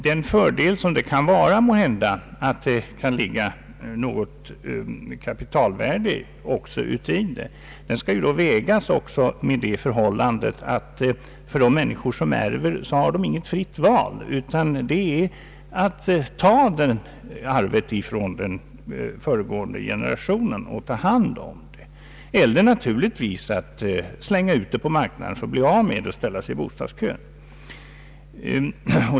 Den fördel som kanske kan ligga i att denna också utgör ett kapitalvärde skall vägas mot det förhållandet att de människor som har fått ärva dem inte har något fritt val. De har att ta emot arvet från föregående generation eller också kan de bjuda ut det på marknaden för att bli av med det och själva ställa sig i bostadskön.